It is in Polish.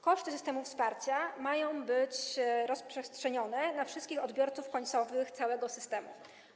Koszty systemów wsparcia mają być rozprzestrzenione na wszystkich odbiorców końcowych całego systemu.